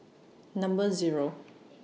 Number Zero